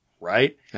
right